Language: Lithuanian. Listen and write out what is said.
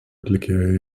atlikėjų